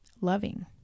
loving